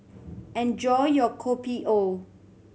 enjoy your Kopi O